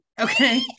Okay